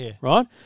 right